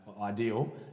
Ideal